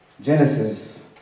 Genesis